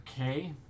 Okay